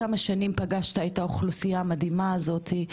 כמה שנים פגשת את האוכלוסייה המדהימה הזאתי,